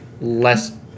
less